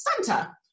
Santa